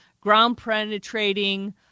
ground-penetrating